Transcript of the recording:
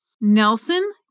Nelson